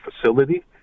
facility